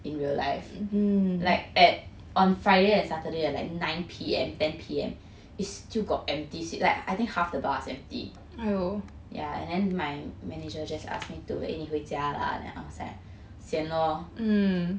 in real life like at on friday and saturday at like nine P_M ten P_M is still got empty seat like I think half the bar is empty yeah and my manager just ask me to eh 你回家啦 then I was like sian lor